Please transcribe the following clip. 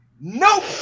Nope